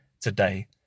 today